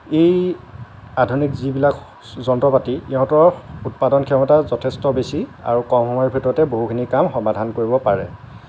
এই আধুনিক যিবিলাক যন্ত্ৰ পাতি ইহঁতৰ উৎপাদন ক্ষমতা যথেষ্ট বেছি আৰু কম সময়ৰ ভিতৰতে বহুখিনি কাম সমাধান কৰিব পাৰে